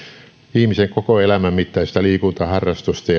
ihmisen koko elämän mittaista liikuntaharrastusta